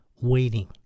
waiting